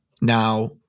Now